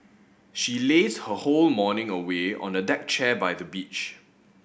she lazed her whole morning away on a deck chair by the beach